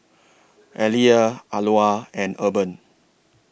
Aliyah Alois and Urban